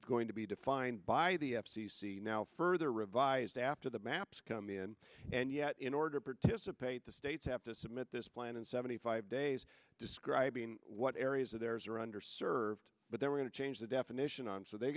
going to be defined by the f c c now further revised after the maps come in and yet in order to participate the states have to submit this plan and seventy five days describing what areas of theirs are under served but they're going to change the definition and so they're